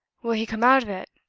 will he come out of it?